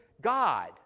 God